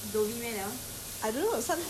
blood bank ya ya ya